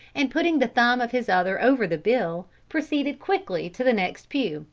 and, putting the thumb of his other over the bill, proceeded quickly to the next pew,